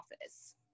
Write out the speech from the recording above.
office